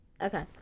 okay